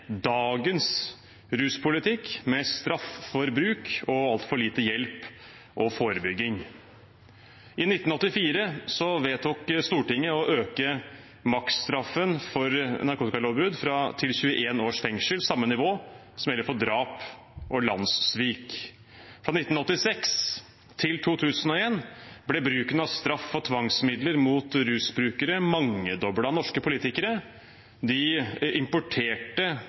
dagens ruspolitikk, med straff for bruk og altfor lite hjelp og forebygging. I 1984 vedtok Stortinget å øke maksstraffen for narkotikalovbrudd til 21 års fengsel, samme nivå som gjelder for drap og landssvik. Fra 1986 til 2001 ble bruken av straff og tvangsmidler mot rusbrukere mangedoblet. Norske politikere importerte